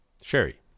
sherry